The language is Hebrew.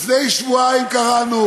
לפני שבועיים קראנו